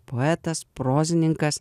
poetas prozininkas